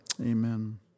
Amen